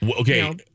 Okay